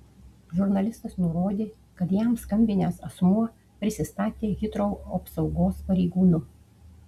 žurnalistas nurodė kad jam skambinęs asmuo prisistatė hitrou apsaugos pareigūnu